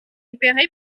repérée